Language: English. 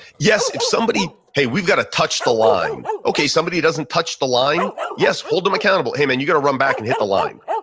yes. if somebody, hey, we've got to touch the line. if somebody doesn't touch the line, yes, hold them accountable. hey man, you've got to run back and hit the line,